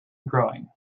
growing